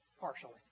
Partially